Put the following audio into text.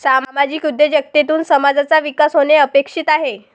सामाजिक उद्योजकतेतून समाजाचा विकास होणे अपेक्षित आहे